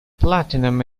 platinum